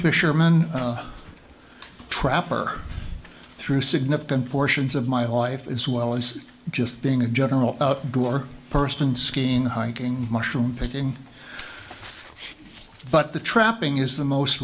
fisherman trapper through significant portions of my life as well as just being a general brewer person skiing hiking mushroom picking but the trapping is the most